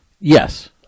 Yes